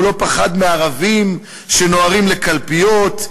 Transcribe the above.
הוא לא פחד מערבים שנוהרים לקלפיות,